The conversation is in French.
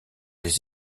les